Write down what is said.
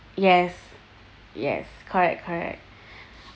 yes yes correct correct